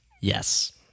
Yes